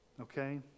Okay